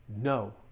no